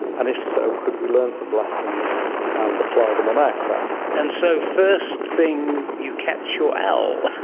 and if so could we learn some lessons and apply them on aircraft. and so first thing, you catch your owl.